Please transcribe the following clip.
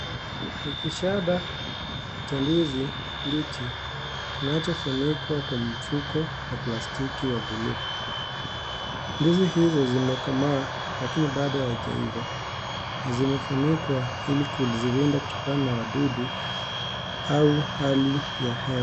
Ni kishada cha ndizi mbichi, kinachofunikwa kwa mfuko wa plastiki wa buluu. Ndizi hizo, zimekomaa lakini bado haijaiva na zimefunikwa ili kuzilinda kutokana na wadudu au hali ya hewa.